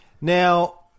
Now